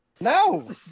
no